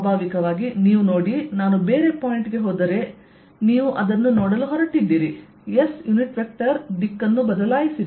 ಸ್ವಾಭಾವಿಕವಾಗಿ ನೀವು ನೋಡಿ ನಾನು ಬೇರೆ ಪಾಯಿಂಟ್ ಗೆ ಹೋದರೆ ನೀವು ಅದನ್ನು ನೋಡಲು ಹೊರಟಿದ್ದೀರಿ S ಯುನಿಟ್ ವೆಕ್ಟರ್ ದಿಕ್ಕನ್ನು ಬದಲಾಯಿಸಿದೆ